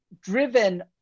driven